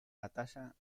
batalla